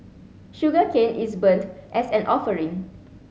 sugarcane is burnt as an offering